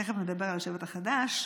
תכף נדבר על השבט החדש.